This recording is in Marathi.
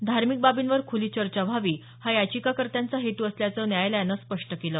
धार्मिक बाबींवर खुली चर्चा व्हावी हा याचिकाकर्त्यांचा हेतू असल्याचं न्यायालयानं स्पष्ट केलं